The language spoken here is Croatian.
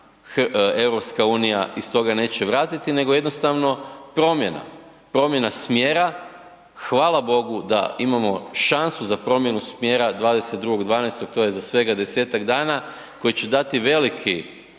Japan-EU iz toga neće vratiti nego jednostavno promjena, promjena smjera. Hvala Bogu da imamo šansu za promjenu smjera 22.12., to je za svega desetak dana koji će dati veliki